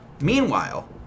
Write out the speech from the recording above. Meanwhile